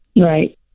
Right